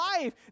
life